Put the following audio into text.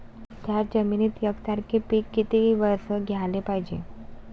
थ्याच जमिनीत यकसारखे पिकं किती वरसं घ्याले पायजे?